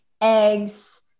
eggs